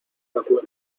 cazuela